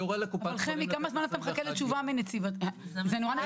יורה לקופת החולים לתת 21 יום --- אבל חמי,